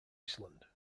iceland